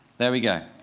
there we go.